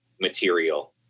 material